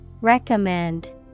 Recommend